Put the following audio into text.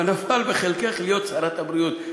אבל נפל בחלקך להיות שרת הבריאות,